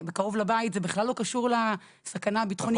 קרוב לבית זה בכלל לא קשור לסכנה הביטחונית.